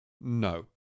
No